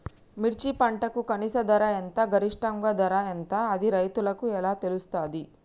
మిర్చి పంటకు కనీస ధర ఎంత గరిష్టంగా ధర ఎంత అది రైతులకు ఎలా తెలుస్తది?